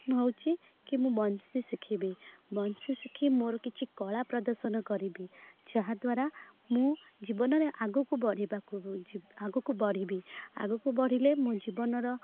ନେଉଛି କି ମୁଁ ବଂଶୀ ଶିଖିବି ବଂଶୀ ଶିଖି ମୋର କିଛି କଳା ପ୍ରଦର୍ଶନ କରିବି ଯାହା ଦ୍ୱାରା ମୁଁ ଜୀବନରେ ଆଗକୁ ବଢ଼ିବାକୁ ଯି ଆଗକୁ ବଢ଼ିବି ଆଗକୁ ବଢ଼ିଲେ ମୁଁ ଜୀବନର